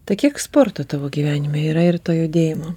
tai kiek sporto tavo gyvenime yra ir to judėjimo